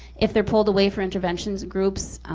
if they're pulled away for intervention groups,